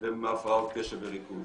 ומהפרעות קשב וריכוז.